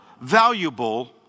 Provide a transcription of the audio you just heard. valuable